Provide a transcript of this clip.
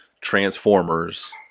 transformers